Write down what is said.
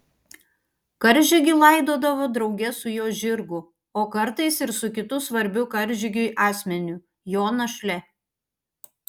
karžygį laidodavo drauge su jo žirgu o kartais ir su kitu svarbiu karžygiui asmeniu jo našle